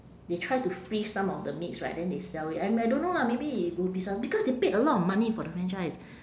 they try to freeze some of the meats right then they sell it I m~ I don't know lah maybe would be some because they paid a lot of money for the franchise